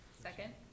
Second